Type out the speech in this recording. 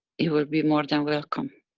you will be more than welcome.